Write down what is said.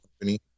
company